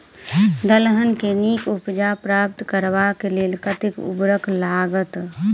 दलहन केँ नीक उपज प्राप्त करबाक लेल कतेक उर्वरक लागत?